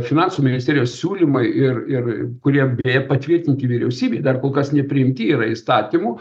finansų ministerijos siūlymai ir ir kurie beje patvirtinti vyriausybėj dar kol kas nepriimti yra įstatymu